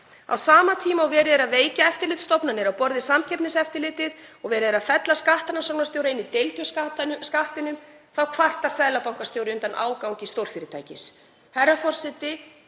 Á sama tíma og verið er að veikja eftirlitsstofnanir á borð við Samkeppniseftirlitið og fella skattrannsóknarstjóra inn í deild hjá Skattinum kvartar seðlabankastjóri undan ágangi stórfyrirtækis.